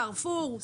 קרפור,